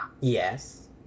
Yes